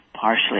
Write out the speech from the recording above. partially